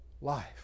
life